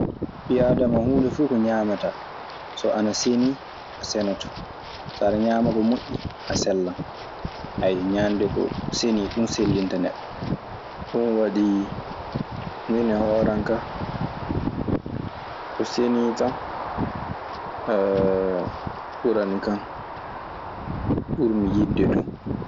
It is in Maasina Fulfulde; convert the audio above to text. Ɓii aadama huunde fuu ko ñaamataa so ana senii a cenoto, so ada ñama ko moƴii a cellan. ñaande ko senii ɗum cellinta neɗɗo. Ɗun waɗi min e hooran ka ko senii tan ɓuranikan, ɓurmi yiɗde du.